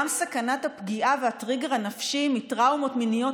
גם סכנת הפגיעה והטריגר הנפשי מטראומות מיניות